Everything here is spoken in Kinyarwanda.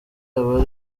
aba